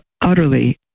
Utterly